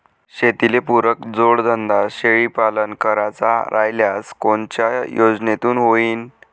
शेतीले पुरक जोडधंदा शेळीपालन करायचा राह्यल्यास कोनच्या योजनेतून होईन?